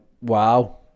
wow